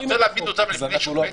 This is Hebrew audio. אפשרות -- סעיף 3?